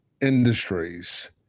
Industries